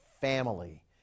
family